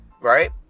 right